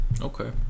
Okay